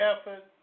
effort